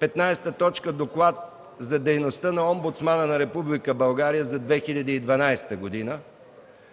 15. Доклад за дейността на Омбудсмана на Република България за 2012 г.